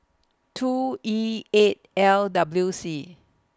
two E eight L W C